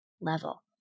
level